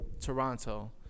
toronto